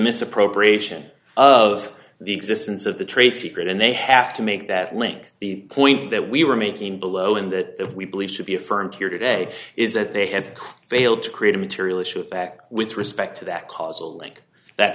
misappropriation of the existence of the trade secret and they have to make that link the point that we were making below in that we believe should be affirmed here today is that they have failed to create a material issue of fact with respect to that causal link that